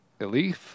Elif